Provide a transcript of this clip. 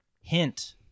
hint